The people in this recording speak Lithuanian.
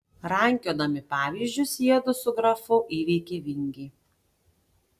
rankiodami pavyzdžius jiedu su grafu įveikė vingį